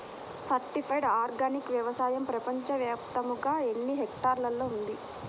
Certified organic వ్యవసాయం ప్రపంచ వ్యాప్తముగా ఎన్నిహెక్టర్లలో ఉంది?